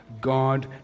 God